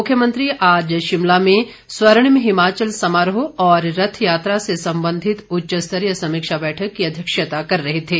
मुख्यमंत्री आज शिमला में स्वर्णिम हिमाचल समारोह और रथ यात्रा से संबंधित उच्च स्तरीय समीक्षा बैठक की अध्यक्षता कर रहे थे